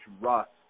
rust